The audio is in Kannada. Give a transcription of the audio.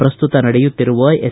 ಪ್ರಸ್ತುತ ನಡೆಯುತ್ತಿರುವ ಎಸ್